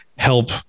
help